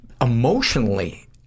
emotionally